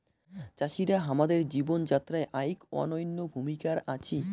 চাষিরা হামাদের জীবন যাত্রায় আইক অনইন্য ভূমিকার আছি